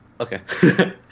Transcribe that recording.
okay